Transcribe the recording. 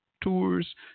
tours